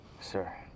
Sir